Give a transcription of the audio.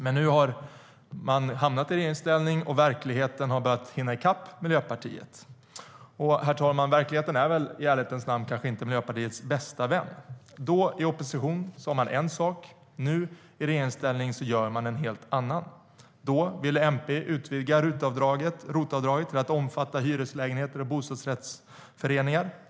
Men nu har Miljöpartiet hamnat i regeringsställning, och verkligheten har börjat hinna i kapp dem. Herr talman! Verkligheten är kanske inte i ärlighetens namn Miljöpartiets bästa vän. Då, i opposition, sa de en sak. Nu, i regeringsställning, gör de en helt annan. Då ville MP utvidga ROT-avdraget till att omfatta hyreslägenheter och bostadsrättsföreningar.